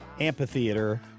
Amphitheater